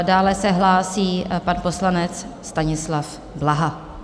Dále se hlásí pan poslanec Stanislav Blaha.